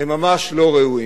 הם ממש לא ראויים.